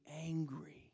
angry